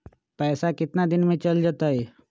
पैसा कितना दिन में चल जतई?